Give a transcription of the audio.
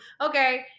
okay